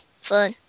fun